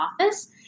office